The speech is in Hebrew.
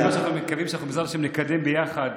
אנחנו מקווים שבעזרת השם נקדם ביחד.